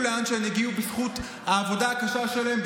לאן שהן הגיעו בזכות העבודה הקשה שלהן,